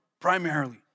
primarily